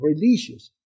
religious